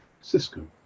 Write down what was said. Cisco